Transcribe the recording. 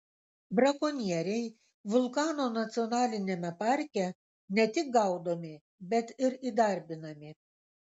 brakonieriai vulkano nacionaliniame parke ne tik gaudomi bet ir įdarbinami